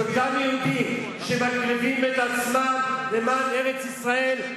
את אותם יהודים שמקריבים את עצמם למען ארץ-ישראל,